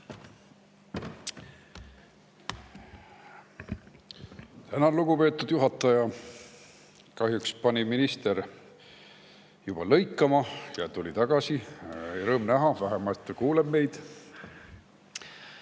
Tänan, lugupeetud juhataja! Kahjuks pani minister juba lõikama – ja tuli tagasi. Rõõm näha, vähemalt ta kuuleb meid. Mul